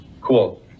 cool